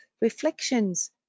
reflections